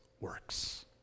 works